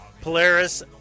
Polaris